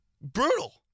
Brutal